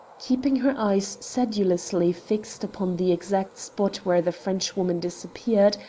keeping her eyes sedulously fixed upon the exact spot where the frenchwoman disappeared,